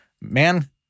man